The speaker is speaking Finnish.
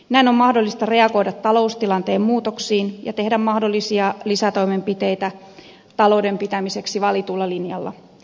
näin on mahdollista reagoida taloustilanteen muutoksiin ja tehdä mahdollisia lisätoimenpiteitä talouden pitämiseksi valitulla linjalla